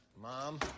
Mom